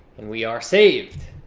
and we are saved.